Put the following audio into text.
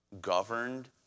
governed